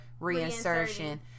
reinsertion